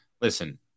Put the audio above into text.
listen